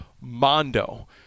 Mondo